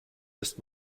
lässt